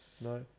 no